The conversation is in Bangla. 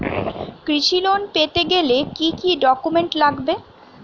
কৃষি লোন পেতে গেলে কি কি ডকুমেন্ট লাগবে?